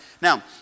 Now